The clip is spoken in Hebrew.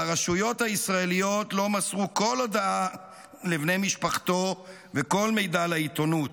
והרשויות הישראליות לא מסרו כל הודעה לבני משפחתו וכל מידע לעיתונות.